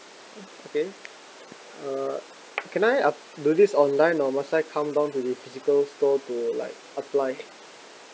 okay uh can I uh do this online or must I come down to the physical store to like apply